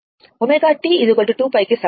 ω t 2π కి సమానం